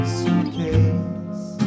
suitcase